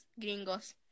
gringos